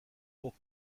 pour